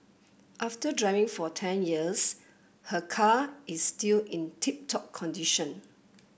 after driving for ten years her car is still in tip top condition